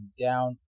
down